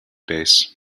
base